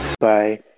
Bye